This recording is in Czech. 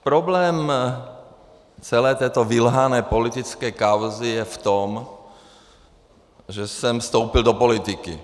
Problém celé této vylhané politické kauzy je v tom, že jsem vstoupil do politiky.